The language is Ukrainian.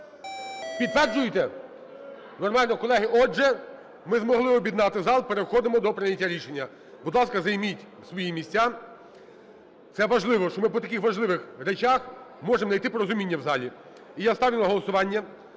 Підтверджуєте? Нормально. Колеги, отже, ми змогли об'єднати зал. Переходимо до прийняття рішення. Будь ласка, займіть свої місця, це важливо, що ми по таких важливих речах можемо знайти порозуміння в залі. І я ставлю на голосування